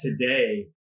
today